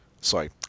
sorry